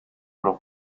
los